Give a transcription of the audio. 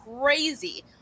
crazy